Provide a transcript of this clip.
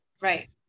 Right